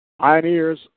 Pioneers